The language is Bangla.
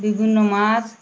বিভিন্ন মাছ